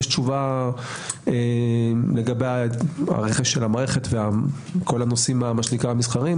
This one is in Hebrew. תשובה לגבי הרכש של המערכת והנושאים המסחריים.